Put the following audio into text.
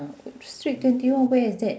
street twenty one where is that